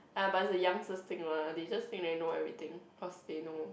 ah but it's a youngsters thing lah they just think they know everything cause they know